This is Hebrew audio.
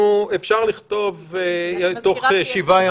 אני לא הייתי מודע לסעיף 10. בסעיף 10 ישנם